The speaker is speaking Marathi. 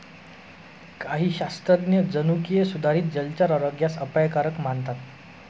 काही शास्त्रज्ञ जनुकीय सुधारित जलचर आरोग्यास अपायकारक मानतात